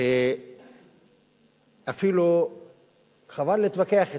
שאפילו חבל להתווכח אתה.